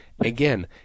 Again